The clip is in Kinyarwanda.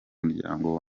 muryango